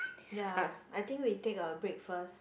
ya I think we take a break first